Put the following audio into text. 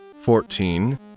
fourteen